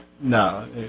No